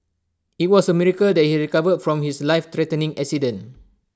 IT was A miracle that he recovered from his lifethreatening accident